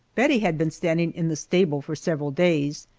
bettie had been standing in the stable for several days,